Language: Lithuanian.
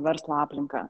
verslo aplinką